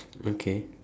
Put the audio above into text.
okay